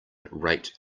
rate